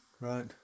right